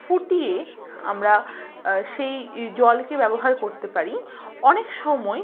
ফুটিয়ে আমরা সেই জলকে ব্যবহার করতে পারি অনেক সময়